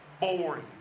boring